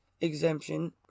exemption